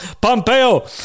Pompeo